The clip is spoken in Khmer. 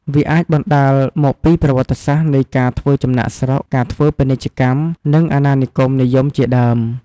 វាអាចបណ្តាលមកពីប្រវត្តិសាស្ត្រនៃការធ្វើចំណាកស្រុក ការធ្វើពាណិជ្ជកម្ម និងអាណានិគមនិយមជាដើម។